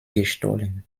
gestohlen